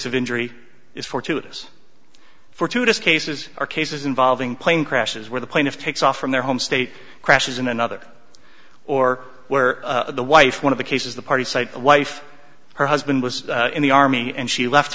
of injury is fortuitous fortuitous cases are cases involving plane crashes where the plaintiff takes off from their home state crashes in another or where the wife one of the cases the party site wife her husband was in the army and she left